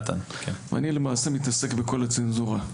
אני מתעסק בכל הצנזורה.